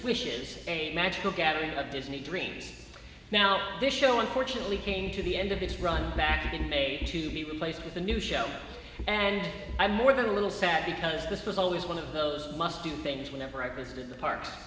wishes a magical gathering of disney dreams now this show unfortunately came to the end of its run back in may to be replaced with a new show and i'm more than a little sad because this was always one of those must do things whenever i visited the park